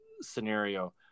scenario